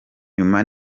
nyuma